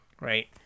Right